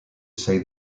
say